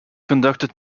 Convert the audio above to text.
conducted